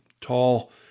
tall